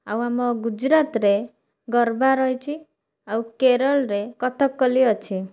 ଆଉ ଆମ ଗୁଜୁରାଟରେ ଗର୍ବା ରହିଛି ଆଉ କେରଳରେ କଥକଲି ଅଛି